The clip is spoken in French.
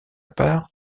part